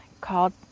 called